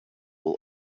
will